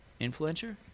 influencer